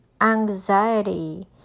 anxiety